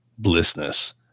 blissness